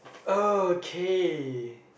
okay